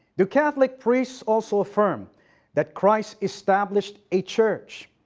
do catholic priests also affirm that christ established a church,